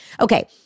okay